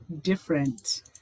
different